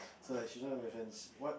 so like she's one of my friends what